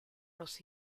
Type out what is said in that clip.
los